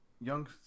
young